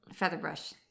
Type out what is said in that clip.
Featherbrush